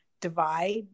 divide